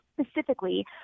specifically